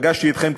פגשתי אתכם,